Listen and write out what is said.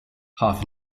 half